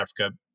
Africa